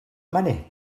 many